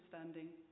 understanding